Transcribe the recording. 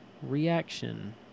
Reaction